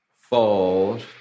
Fold